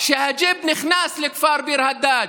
שהג'יפ נכנס לכפר ביר הדאג',